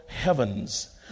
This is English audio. heavens